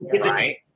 Right